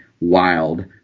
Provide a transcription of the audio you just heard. wild